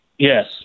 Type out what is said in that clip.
Yes